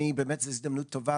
זאת באמת הזדמנות טובה